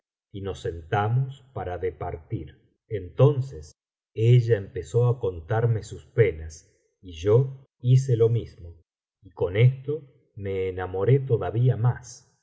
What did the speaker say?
y nos sentamos para departir entonces ella empezó á contarme sus penas y yo hice lo mismo y con esto me enamoré todavía más